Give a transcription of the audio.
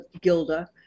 Gilda